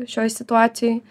šioj situacijoj